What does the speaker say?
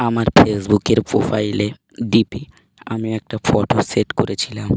আমার ফেসবুকের প্রোফাইলে ডিপি আমি একটা ফটো সেট করেছিলাম